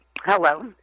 Hello